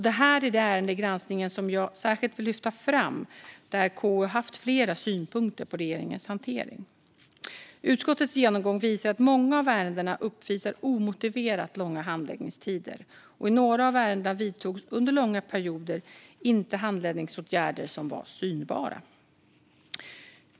Det här är det ärende i granskningen som jag särskilt vill lyfta fram, där KU haft flera synpunkter på regeringens hantering. Utskottets genomgång visar att många av ärendena uppvisar omotiverat långa handläggningstider. I några av ärendena vidtogs under långa perioder inte några handläggningsåtgärder som var synbara.